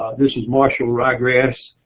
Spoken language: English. this is marshall rye grass,